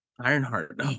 Ironheart